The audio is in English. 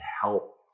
help